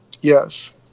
Yes